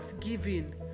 giving